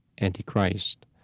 antichrist